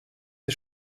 wir